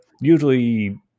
usually